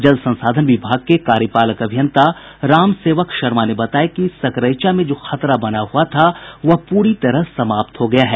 जल संसाधन विभाग के कार्यपालक अभियंता रामसेवक शर्मा ने बताया कि सकरईचा में जो खतरा बना हुआ था वह पूरी तरह समाप्त हो गया है